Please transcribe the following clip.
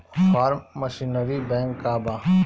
Form machinery bank का बा?